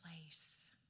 place